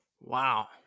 Wow